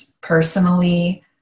personally